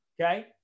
Okay